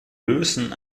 lösen